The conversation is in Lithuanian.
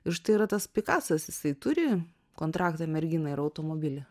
ir štai yra tas pikasas jisai turi kontraktą merginą ir automobilį